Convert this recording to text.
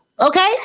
Okay